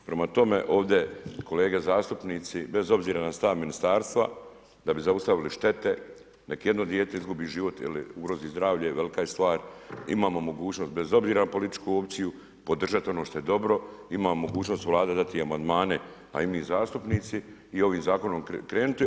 Prema tome, ovdje kolege zastupnici, bez obzira na stav ministarstva, da bi zaustavili štete, nek jedno dijete izgubi život ili ugrozi zdravlje, velika je stvar, imamo mogućnost bez obzira na političku opciju, podržati ono što je dobro, imamo mogućnost vlada dati amandmane, a i mi zastupnici i ovim zakonom krenuti.